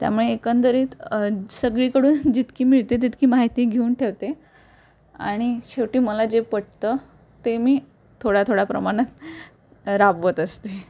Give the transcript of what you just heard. त्यामुळे एकंदरीत सगळीकडून जितकी मिळते तितकी माहिती घेऊन ठेवते आणि शेवटी मला जे पटतं ते मी थोड्या थोड्या प्रमाणात राबवत असते